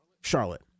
Charlotte